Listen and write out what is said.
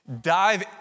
Dive